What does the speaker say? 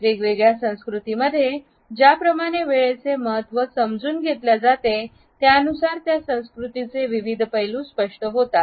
वेगवेगळ्या संस्कृतीमध्ये ज्याप्रमाणे वेळेचे महत्त्व समजून घेतल्या जाते त्यानुसार त्या संस्कृतीचे विविध पैलू स्पष्ट होतात